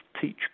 teach